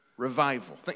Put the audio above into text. Revival